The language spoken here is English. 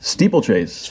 Steeplechase